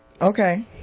Okay